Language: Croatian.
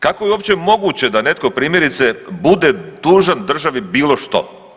Kako je opće moguće da netko primjerice bude dužan državi bilo što?